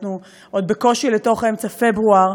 אנחנו עוד בקושי באמצע פברואר,